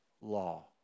law